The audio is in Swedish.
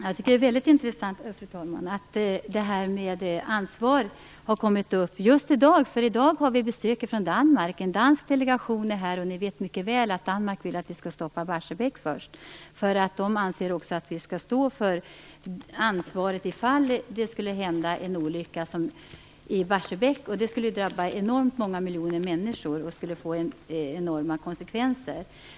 Fru talman! Jag tycker att det är väldigt intressant att frågan om ansvar har kommit upp just i dag. I dag har vi nämligen besök ifrån Danmark i form av en dansk delegation. Vi vet mycket väl att man i Danmark vill att vi skall stoppa Barsebäck. Danskarna anser att vi skall stå för ansvaret i fall det skulle hända en olycka i Barsebäck. Den skulle drabba enormt många miljoner människor, och få enorma konsekvenser.